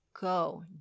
go